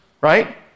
right